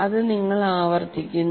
അത് നിങ്ങൾ ആവർത്തിക്കുന്നു